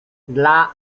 dla